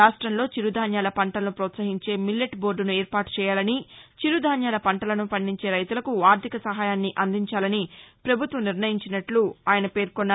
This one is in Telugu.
రాష్టంలో చిరుధాన్యాల పంటలను ప్రోత్సహించే మిల్లెట్ బోర్డును ఏర్పాటు చేయాలని చిరుధాన్యాల పంటలను పండించే రైతులకు ఆర్థిక సహాయాన్ని అందించాలని పభుత్వం నిర్ణయించినట్లు ఆయన పేర్కొన్నారు